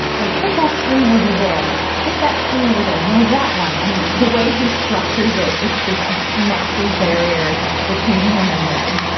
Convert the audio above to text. like, put that screen over there. put that screen over there. no, that one. and the way he structures it, it's this massive barrier between him and them.